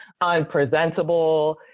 unpresentable